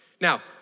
Now